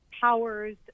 powers